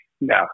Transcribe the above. no